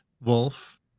Wolf